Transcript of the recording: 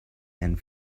and